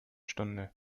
stunde